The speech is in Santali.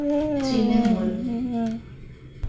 ᱛᱤᱨᱱᱚᱢᱩᱞ